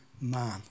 man